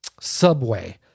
subway